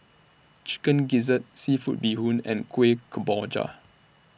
Chicken Gizzard Seafood Bee Hoon and Kueh Kemboja